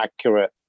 accurate